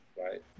right